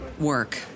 work